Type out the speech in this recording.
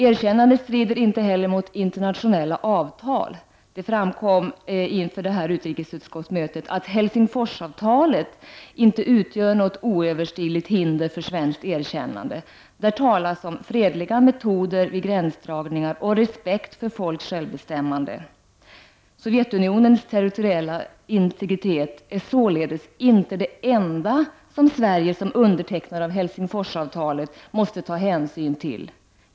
Erkännandet strider inte heller mot internationella avtal. Det framkom vid detta utrikesutskottsmöte att Helsingforsavtalet inte utgör något oöverstigligt hinder för svenskt erkännande. Där talas om fredliga metoder vid gränsdragningar och respekten för folks självbestämmande. Sovjetunionens territoriella integritet är således inte det enda som Sverige som underteck nare av Helsingforsavtalet måste ta hänsyn till.